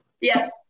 yes